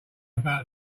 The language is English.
about